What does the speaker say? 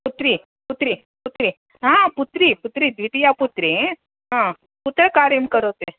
पुत्री पुत्री पुत्री पुत्री पुत्री द्वितीया पुत्री कुत्र कार्यं करोति